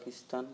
Pakistan